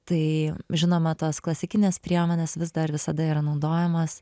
tai žinoma tos klasikinės priemonės vis dar visada yra naudojamos